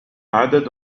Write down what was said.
عدد